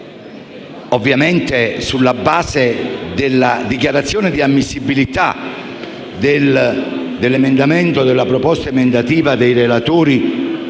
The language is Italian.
ovviamente sulla base della dichiarazione di ammissibilità della proposta emendativa dei relatori